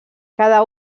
cada